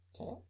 Okay